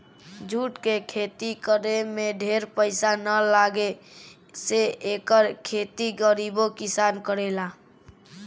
jute के खेती करे में ढेर पईसा ना लागे से एकर खेती गरीबो किसान करेला